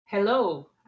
Hello